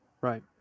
Right